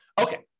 Okay